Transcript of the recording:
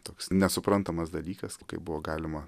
toks nesuprantamas dalykas kaip buvo galima